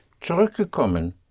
zurückgekommen